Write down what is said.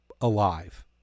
alive